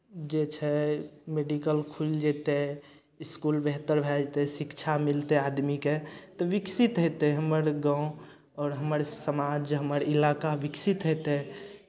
जे छै मेडिकल खुलि जेतै इसकुल बेहतर भए जेतै शिक्षा मिलतै आदमीकेँ तऽ विकसित हेतै हमर गाँव आओर हमर समाज हमर इलाका विकसित हेतै